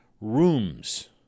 rooms